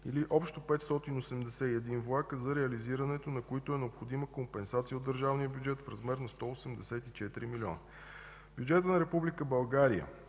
или общо 581 влака, за реализирането на които е необходима компенсация от държавния бюджет в размер на 184 милиона. В бюджета на